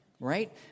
right